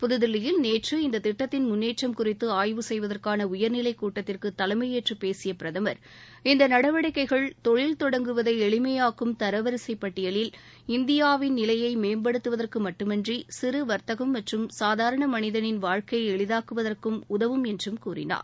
புதுதில்லியில் நேற்று இந்த திட்டத்தின் முன்னேற்றம் குறித்து ஆய்வு செய்வதற்கான உயா்நிலை கூட்டத்திற்கு தலைமையேற்று பேசிய பிரதமர் இந்த நடவடிக்கைகள் தொழில் தொடங்குவதை எளிமையாக்கும் தரவரிசை பட்டியலில் இந்தியாவின் நிலையை மேம்படுத்துவதற்கு மட்டுமன்றி சிறு வர்த்தகம் மற்றும் சாதாரண மனிதனின் வாழ்க்கையை எளிதாக்குவதற்கும் உதவும் என்றும் கூறினார்